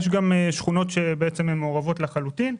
יש שכונות שהן מעורבות לחלוטין,